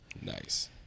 Nice